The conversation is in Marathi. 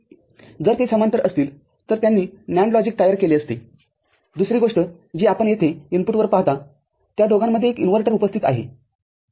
जर ते समांतर असतीलतर त्यांनी NAND लॉजिकतयार केले असतेदुसरी गोष्ट जी आपण येथे इनपुटवर पाहता त्या दोघांमध्ये एक इन्व्हर्टर उपस्थित आहे ठीक आहे